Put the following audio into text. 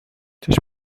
چشم